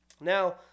Now